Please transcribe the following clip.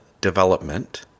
development